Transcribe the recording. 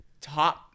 top